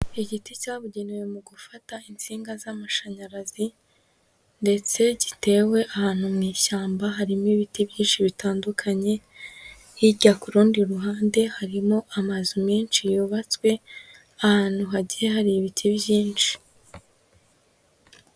Igiti cyabugenewe mu gufata insinga z'amashanyarazi ndetse gitewe ahantu mu ishyamba, harimo ibiti byinshi bitandukanye, hirya ku rundi ruhande harimo amazu menshi yubatswe ahantu hagiye hari ibiti byinshi.